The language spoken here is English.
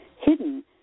hidden